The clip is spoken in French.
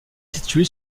située